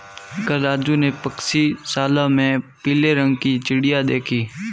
कल राजू ने पक्षीशाला में पीले रंग की चिड़िया देखी